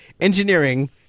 Engineering